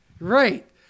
Right